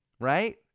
Right